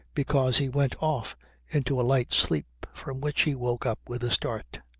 because he went off into a light sleep from which he woke up with a start.